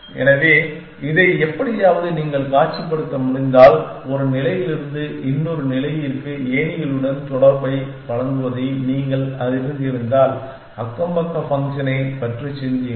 எனவே இதை எப்படியாவது நீங்கள் காட்சிப்படுத்த முடிந்தால் ஒரு நிலையிலிருந்து இன்னொரு நிலையிற்கு ஏணிகளுடன் தொடர்பை வழங்குவதை நீங்கள் அறிந்திருப்பதால் நெய்பர்ஹூட் ஃபங்க்ஷனைப் பற்றி சிந்தியுங்கள்